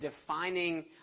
defining